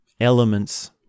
elements